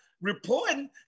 reporting